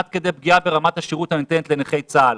עד כדי פגיעה ברמת השירות הניתנת לנכי צה"ל.